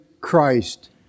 Christ